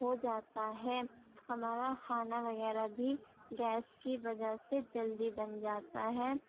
ہو جاتا ہے ہمارا کھانا وغیرہ بھی گیس کی وجہ سے جلدی بن جاتا ہے